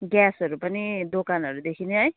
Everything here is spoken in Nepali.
ग्यासहरू पनि दोकानहरूदेखि नै है